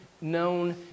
known